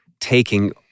taking